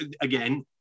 again